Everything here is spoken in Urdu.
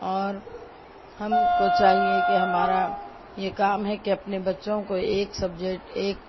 اور ہم کو چاہیے کہ ہمارا یہ کام ہے کہ اپنے بچّوں کو ایک سبجیکٹ ایک